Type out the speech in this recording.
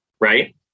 right